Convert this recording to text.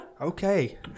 Okay